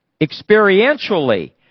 Experientially